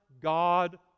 God